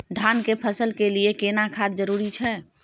धान के फसल के लिये केना खाद जरूरी छै?